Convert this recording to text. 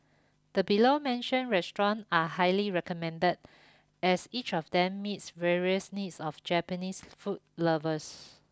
the below mentioned restaurant are highly recommended as each of them meets various needs of Japanese food lovers